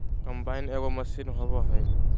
combine एगो machine होबा हइ